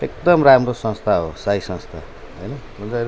एकदम राम्रो संस्था हो साई संस्था होइन